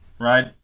right